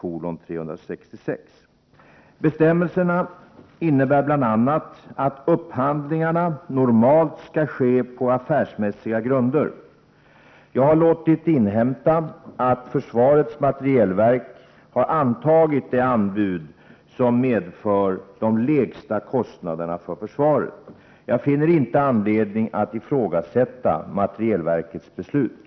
Bestämmelserna innebär bl.a. att upphandlingarna normalt skall ske på affärsmässiga grunder. Jag har låtit inhämta att försvarets materielverk har antagit det anbud som medför de lägsta kostnaderna för försvaret. Jag finner inte anledning att ifrågasätta materielverkets beslut.